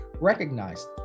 recognized